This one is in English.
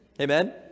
Amen